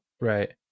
Right